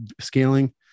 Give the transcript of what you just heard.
scaling